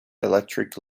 electric